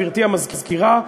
גברתי המזכירה,